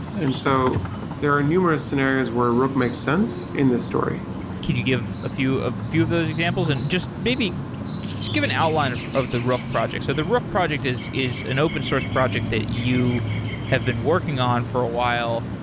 and so there are numerous scenarios where rook makes sense in this story could you give a few of few of those examples? and maybe just give an outline of of the rook project. so the rook project is is an open source project that you have been working on for a while.